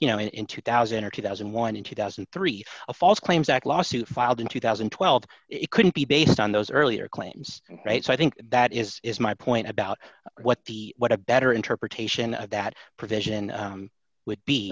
you know in two thousand or two thousand and one in two thousand and three a false claims act lawsuit filed in two thousand and twelve it couldn't be based on those earlier claims right so i think that is is my point about what the what a better interpretation of that provision would be